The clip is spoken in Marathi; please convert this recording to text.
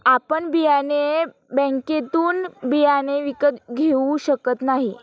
आपण बियाणे बँकेतून बियाणे विकत घेऊ शकत नाही